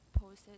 posted